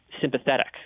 sympathetic